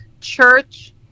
church